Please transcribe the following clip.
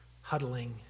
huddling